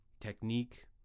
technique